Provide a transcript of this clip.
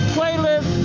Playlist